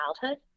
childhood